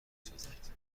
سازند